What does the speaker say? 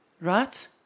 Right